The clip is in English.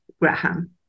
graham